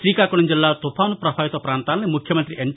శ్రీకాకుళం జిల్లా తుపాను పభావిత పాంతాలను ముఖ్యమంతి ఎన్